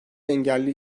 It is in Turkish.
engelli